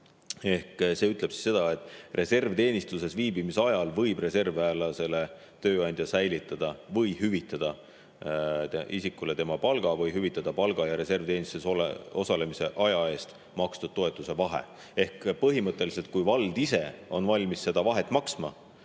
[Seadus] ütleb: "Reservteenistuses viibimise ajal võib reservväelase tööandja säilitada või hüvitada isikule tema töötasu või palga või hüvitada töötasu või palga ja reservteenistuses osalemise aja eest makstud toetuse vahe." Ehk põhimõtteliselt, kui vald ise on valmis seda vahet maksma